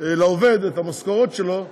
לעובד את המשכורות שלו סתם,